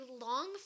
long